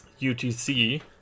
UTC